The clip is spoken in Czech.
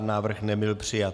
Návrh nebyl přijat.